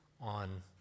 on